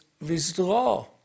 withdraw